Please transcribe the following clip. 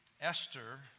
Esther